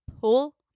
pull